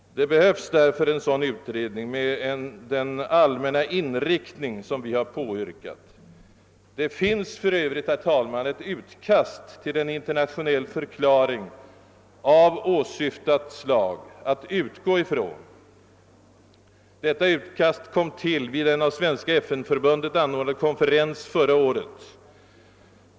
Det behövs därför en sådan utredning med den allmänna inriktning som vi påyrkat. För övrigt finns det, herr talman, redan ett utkast till en internationell förklaring av åsyftat slag att utgå ifrån. Detta utkast kom till vid en av Svenska FN-förbundet anordnad konferens förra året.